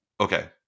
okay